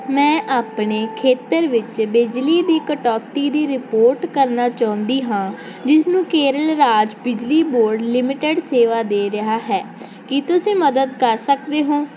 ਮੈਂ ਆਪਣੇ ਖੇਤਰ ਵਿੱਚ ਬਿਜਲੀ ਦੀ ਕਟੌਤੀ ਦੀ ਰਿਪੋਰਟ ਕਰਨਾ ਚਾਹੁੰਦਾ ਚਾਹੁੰਦੀ ਹਾਂ ਜਿਸਨੂੰ ਕੇਰਲ ਰਾਜ ਬਿਜਲੀ ਬੋਰਡ ਲਿਮਟਿਡ ਸੇਵਾ ਦੇ ਰਿਹਾ ਹੈ ਕੀ ਤੁਸੀਂ ਮਦਦ ਕਰ ਸਕਦੇ ਹੋ